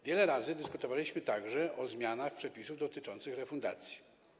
Wiele razy dyskutowaliśmy także o zmianach przepisów dotyczących refundacji.